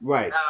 Right